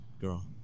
Girl